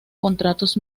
contratos